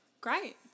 Great